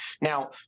Now